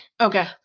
okay